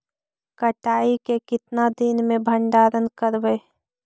कटाई के कितना दिन मे भंडारन करबय?